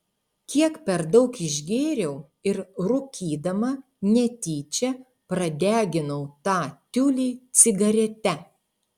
kiek per daug išgėriau ir rūkydama netyčia pradeginau tą tiulį cigarete